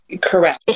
Correct